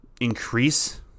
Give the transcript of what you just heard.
increase